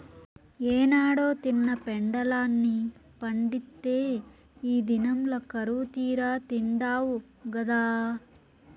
ఏనాడో తిన్న పెండలాన్ని పండిత్తే ఈ దినంల కరువుతీరా తిండావు గదా